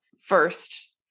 first